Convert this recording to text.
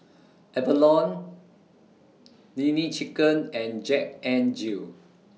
Avalon Nene Chicken and Jack N Jill